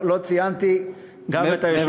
לא ציינתי גם את היושב-ראש,